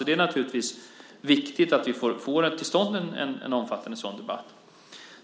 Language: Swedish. Det är naturligtvis viktigt att vi får till stånd en omfattande sådan debatt.